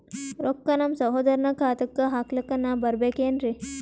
ರೊಕ್ಕ ನಮ್ಮಸಹೋದರನ ಖಾತಾಕ್ಕ ಹಾಕ್ಲಕ ನಾನಾ ಬರಬೇಕೆನ್ರೀ?